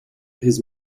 his